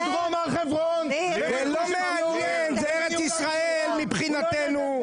--------- זו ארץ ישראל מבחינתנו.